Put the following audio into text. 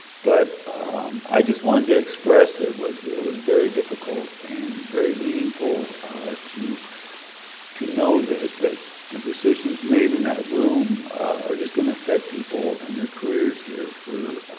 but i just wanted to express it was it was very difficult and very meaningful to to know that that the decisions made in that room are just gonna affect people and their careers here for